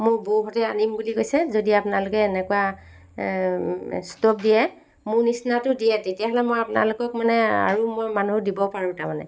মো বৌহঁতে আনিম বুলি কৈছে যদি আপোনালোকে এনেকুৱা ষ্ট'ভ দিয়ে মোৰ নিচিনাটো দিয়ে তেতিয়াহ'লে মই আপোনালোকক মানে আৰু মই মানুহ দিব পাৰোঁ তাৰমানে